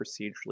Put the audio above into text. procedurally